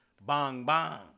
bong-bong